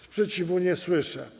Sprzeciwu nie słyszę.